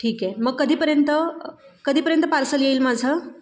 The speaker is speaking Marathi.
ठीक आहे मग कधीपर्यंत कधीपर्यंत पार्सल येईल माझं